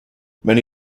many